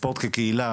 ספורט כקהילה,